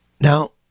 Now